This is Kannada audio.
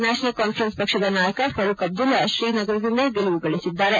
ನ್ಯಾಷನಲ್ ಕಾನ್ಫರೆನ್ಸ್ ಪಕ್ಷದ ನಾಯಕ ಫಾರೂಖ್ ಅಬ್ದುಲ್ಲಾ ಶ್ರೀನಗರದಿಂದ ಗೆಲುವುಗಳಿಸಿದ್ದಾರೆ